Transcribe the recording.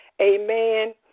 Amen